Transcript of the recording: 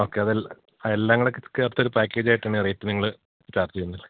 okay ആ എല്ലാം കൂടെ ചേർത്തൊരു പാക്കേജായിട്ടുതന്നെ റേറ്റ് നിങ്ങള് ചാർജ് ചെയ്യുന്നത് അല്ലേ